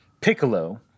Piccolo